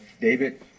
David